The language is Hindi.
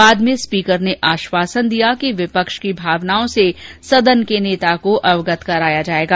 बाद में स्पीकर ने आश्वासन दिया कि विपक्ष की भावनाओं से सदन के नेता को अवगत कराया जाएगा